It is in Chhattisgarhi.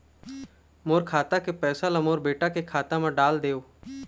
मोर खाता के पैसा ला मोर बेटा के खाता मा डाल देव?